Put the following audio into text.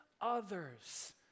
others